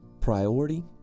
priority